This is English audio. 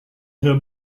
her